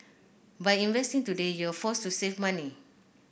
by investing today you're forced to save money